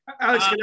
Alex